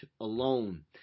alone